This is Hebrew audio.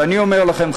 ואני אומר לכם,